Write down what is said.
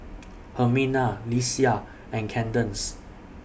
Hermina Lesia and Candace